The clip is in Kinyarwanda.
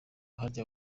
harya